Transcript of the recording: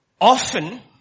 Often